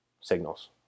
signals